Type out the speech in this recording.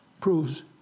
proves